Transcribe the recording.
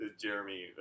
Jeremy